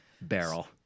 barrel